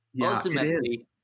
ultimately